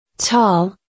Tall